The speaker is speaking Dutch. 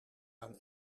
aan